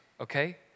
okay